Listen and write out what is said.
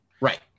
Right